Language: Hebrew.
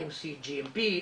IMC GMP,